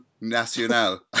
Nacional